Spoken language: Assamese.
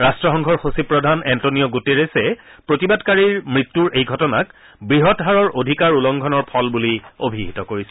ৰাষ্ট্ৰসংঘৰ সচিবপ্ৰধান এণ্টনিঅ গুটেৰেছে প্ৰতিবাদকাৰীৰ মৃত্যুৰ এই ঘটনাক বৃহৎ হাৰৰ অধিকাৰ উলংঘনৰ ফল বুলি অভিহিত কৰিছে